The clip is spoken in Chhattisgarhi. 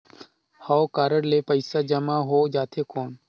हव कारड ले पइसा जमा हो जाथे कौन?